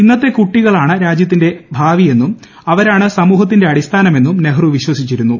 ഇന്നത്തെ കുട്ടികളാണ് രാജ്യത്തിന്റെ ഭാവി എന്നും അവരാണ് സമൂഹത്തിന്റെ അടിസ്ഥാനമെന്നും നെഹ്റു വിശ്വസിച്ചിരുന്നു